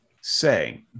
say